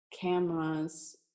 cameras